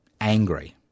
angry